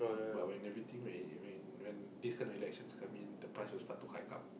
but when everything when when when this kind of elections coming the price will start to hike up